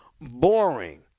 boring